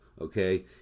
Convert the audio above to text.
okay